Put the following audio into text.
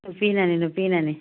ꯅꯨꯄꯤꯅꯅꯤ ꯅꯨꯄꯤꯅꯅꯤ